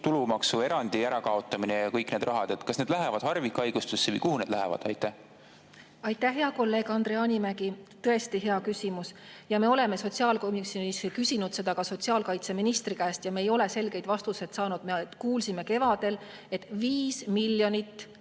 tulumaksuerandi ärakaotamine või muud rahad – kas need lähevad harvikhaiguste raviks või kuhu need lähevad? Aitäh, hea kolleeg Andre Hanimägi! Tõesti hea küsimus. Me oleme sotsiaalkomisjonis küsinud seda ka sotsiaalkaitseministri käest ja me ei ole selgeid vastuseid saanud. Me kuulsime kevadel, et 5 miljonit